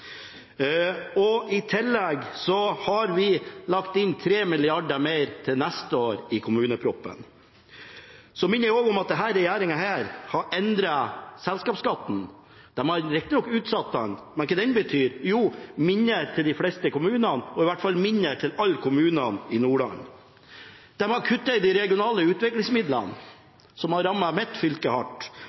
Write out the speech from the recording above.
og vi har lagt inn 3 mrd. kr mer i kommuneproposisjonen for neste år. Så minner jeg også om at denne regjeringen har endret selskapsskatten. De har riktignok utsatt den. Men hva betyr den? Jo, den betyr mindre til de fleste kommunene, og i hvert fall mindre til alle kommunene i Nordland. De har kuttet i de regionale utviklingsmidlene, som har rammet mitt fylke hardt,